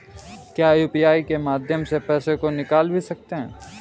क्या यू.पी.आई के माध्यम से पैसे को निकाल भी सकते हैं?